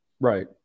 Right